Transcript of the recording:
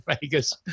Vegas